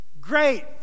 great